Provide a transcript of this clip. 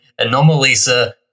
Anomalisa